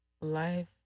life